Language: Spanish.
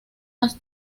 más